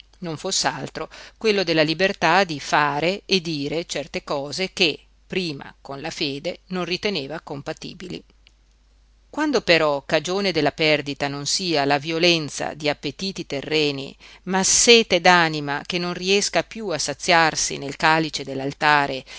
non foss'altro quello della libertà di fare e dire certe cose che prima con la fede non riteneva compatibili quando però cagione della perdita non sia la violenza di appetiti terreni ma sete d'anima che non riesca piú a saziarsi nel calice